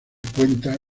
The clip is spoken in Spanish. cuenta